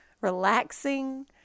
relaxing